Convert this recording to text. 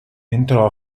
entrò